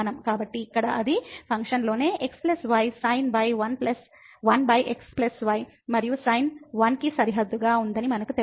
కాబట్టి ఇక్కడ అది ఫంక్షన్ లోనే x y sin1 x y మరియు sin 1 కి సరిహద్దుగా ఉందని మనకు తెలుసు